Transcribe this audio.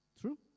True